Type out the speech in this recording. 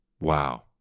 wow